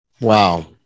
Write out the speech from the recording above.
Wow